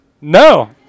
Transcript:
No